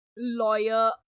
lawyer